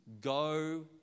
go